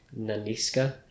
Naniska